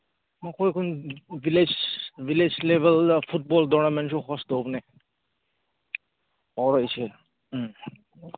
ꯃꯈꯣꯏ ꯈꯨꯟ village village ꯂꯦꯕꯦꯜꯗ ꯐꯨꯠꯕꯣꯜ ꯇꯣꯔꯅꯥꯃꯦꯟꯁꯨ ꯍꯣꯁ ꯇꯧꯕꯅꯦ ꯄꯥꯎꯔꯩꯁꯦ ꯎꯝ